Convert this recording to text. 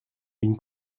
une